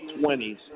20s